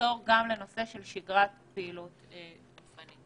לחזור גם לשגרת פעילות גופנית.